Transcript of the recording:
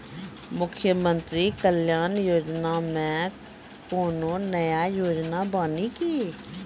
मुख्यमंत्री कल्याण योजना मे कोनो नया योजना बानी की?